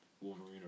Wolverine